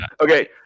Okay